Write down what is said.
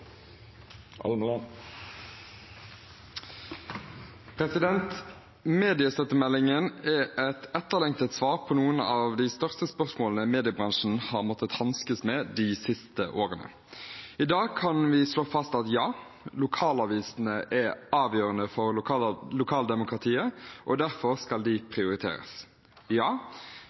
noen av de største spørsmålene mediebransjen har måttet hanskes med de siste årene. I dag kan vi slå fast: Ja, lokalavisene er avgjørende for lokaldemokratiet, og derfor skal de prioriteres. Ja,